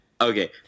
Okay